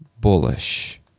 bullish